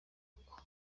uko